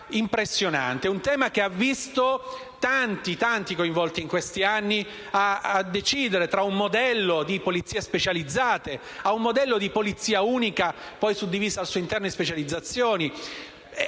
un tema che ha visto coinvolti tanti, in questi anni, nel decidere tra un modello di polizie specializzate e un modello di polizia unica, suddivisa al suo interno in varie specializzazioni.